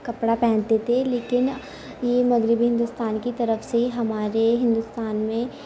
کپڑا پہنتے تھے لیکن یہ مغربی ہندوستان کی طرف سے ہمارے ہندوستان میں